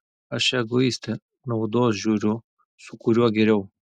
aš egoistė naudos žiūriu su kuriuo geriau